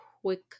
quick